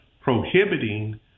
prohibiting